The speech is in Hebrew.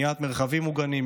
בניית מרחבים מוגנים,